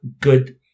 good